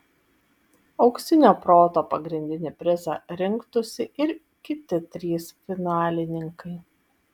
auksinio proto pagrindinį prizą rinktųsi ir kiti trys finalininkai